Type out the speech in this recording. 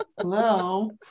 Hello